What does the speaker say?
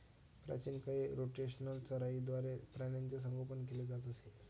प्राचीन काळी रोटेशनल चराईद्वारे प्राण्यांचे संगोपन केले जात असे